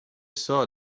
saw